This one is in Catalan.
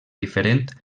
diferent